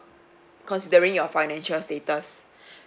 considering your financial status